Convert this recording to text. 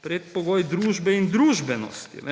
Predpogoj družbe in družbenosti.